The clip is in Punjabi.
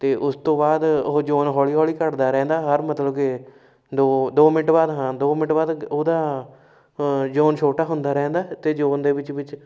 ਅਤੇ ਉਸ ਤੋਂ ਬਾਅਦ ਉਹ ਜੋਨ ਹੌਲੀ ਹੌਲੀ ਘਟਦਾ ਰਹਿੰਦਾ ਹਰ ਮਤਲਬ ਕਿ ਦੋ ਦੋ ਮਿੰਟ ਬਾਅਦ ਹਾਂ ਦੋ ਮਿੰਟ ਬਾਅਦ ਉਹਦਾ ਜੋਨ ਛੋਟਾ ਹੁੰਦਾ ਰਹਿੰਦਾ ਅਤੇ ਜੋਨ ਦੇ ਵਿੱਚ ਵਿੱਚ